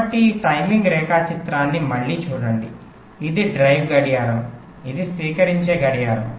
కాబట్టి ఈ టైమింగ్ రేఖాచిత్రాన్ని మళ్ళీ చూడండి ఇది డ్రైవ్ గడియారం ఇది స్వీకరించే గడియారం